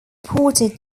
ported